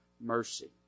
mercy